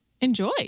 Enjoy